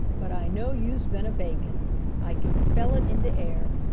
but i know youse been a-bakin' i kin smell it in de air.